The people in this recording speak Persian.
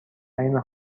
فهیمه